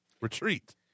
Retreat